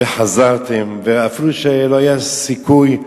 וחזרתם, ואפילו שלא היה סיכוי,